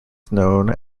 known